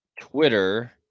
Twitter